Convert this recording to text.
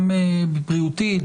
גם בריאותית,